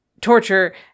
torture